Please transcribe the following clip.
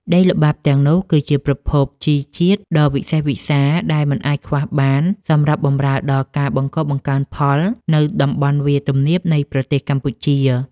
ដីល្បាប់ទាំងនោះគឺជាប្រភពជីជាតិដ៏វិសេសវិសាល ដែលមិនអាចខ្វះបានសម្រាប់បម្រើដល់ការបង្កបង្កើនផលនៅតំបន់វាលទំនាបនៃប្រទេសកម្ពុជា។